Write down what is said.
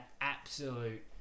absolute